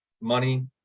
money